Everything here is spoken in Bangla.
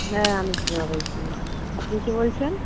হ্যাঁ আমি স্নেহা বলছি আপনি কে বলছেন